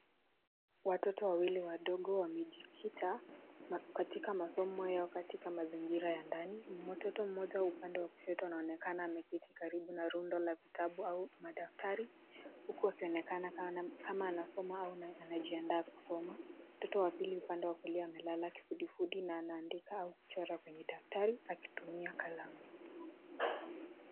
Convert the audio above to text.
Watoto wawili wadogo wamejikita katika masomo yao katika mazingira ya ndani. Mtoto mmoja upande wa kushoto anaonekana ameketi karibu na rundo la vitabu au madaftari huku akionekana kama anasoma au anajiandaa kusoma. Mtoto wa pili upande wa kulia amelala kifudifudi na anaandika au kuchora kwenye daftari akitumia kalamu.